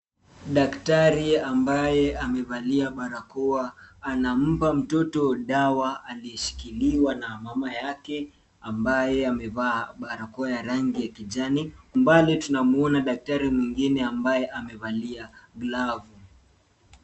Daktari ambaye amevalia barakoa anampa mtoto dawa aliyeshikiliwa na mama yake ambaye amevaa barakoa ya rangi ya kijani. Mbali tunamwona daktari mwingine ambaye amevalia glavu.